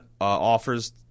offers